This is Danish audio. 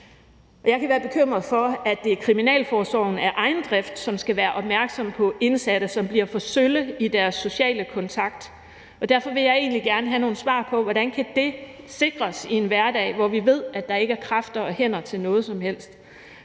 Jeg kan være bekymret for, at det er kriminalforsorgen, som af egen drift skal være opmærksom på indsatte, som bliver for sølle i deres sociale kontakt, og derfor vil jeg egentlig gerne have nogle svar på, hvordan det kan sikres i en hverdag, hvor vi ved der ikke er kræfter og hænder til noget som helst.